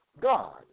God